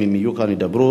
אם הם יהיו כאן, ידברו.